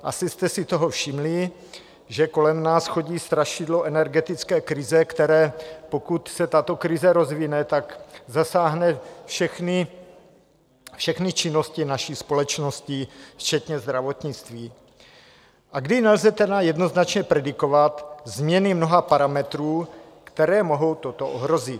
Asi jste si toho všimli, že kolem nás chodí strašidlo energetické krize, které pokud se tato krize rozvine, tak zasáhne všechny činnosti naší společnosti včetně zdravotnictví, a kdy nelze tedy jednoznačně predikovat změny mnoha parametrů, které mohou toto ohrozit.